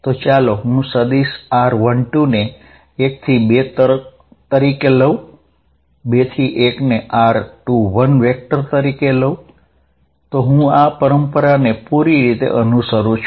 તો ચાલો હું સદિશ r12 ને 1 થી 2 તરીકે લઉ 2 થી 1 ને સદિશ r21 તરીકે લઉ તો હું આ પરંપરા ને પુરી રીતે અનુસરું છું